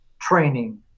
training